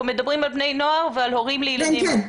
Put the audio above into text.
אנחנו מדברים על בני נוער ועל הורים לילדים.